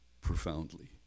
profoundly